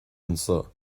anseo